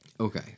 Okay